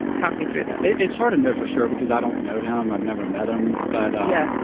talk me through this it's hard to know for sure because i don't know him. i've never met him. but, yeah,